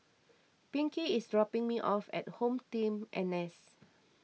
Pinkie is dropping me off at HomeTeam N S